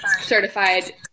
certified